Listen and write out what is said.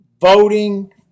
Voting